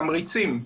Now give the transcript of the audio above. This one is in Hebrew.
תמריצים.